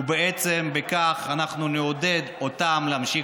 ובעצם בכך אנחנו נעודד אותם להמשיך